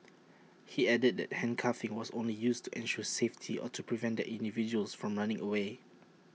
he added that handcuffing was only used to ensure safety or to prevent the individuals from running away